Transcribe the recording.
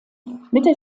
mitte